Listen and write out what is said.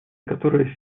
которые